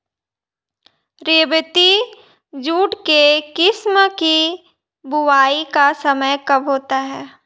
रेबती jute के किस्म की बुवाई का समय कब होता है?